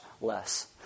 less